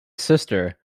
sister